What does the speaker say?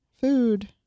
food